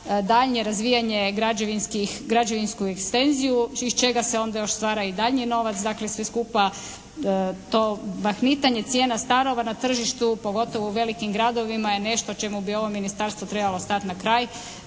daljnje razvijanje građevinsku ekstenziju iz čega se onda još stvara i daljnji novac, dakle svi skupa to mahnitanje cijena stanova na tržištu pogotovo u velikim gradovima je nešto čemu bi ovo ministarstvo trebalo stati na kraj,